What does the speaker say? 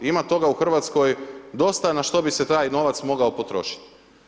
Ima toga u Hrvatskoj dosta na što bi se taj novac mogao potrošiti.